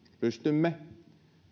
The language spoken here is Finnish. pystymme